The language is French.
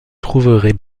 trouverez